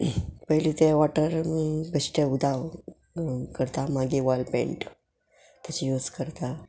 पयलीं ते वॉटर बेश्टे उदक करता मागीर वॉल पेंट तशें यूज करता